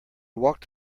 walked